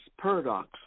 paradox